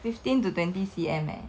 fifteen to twenty C_M leh